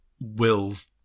Will's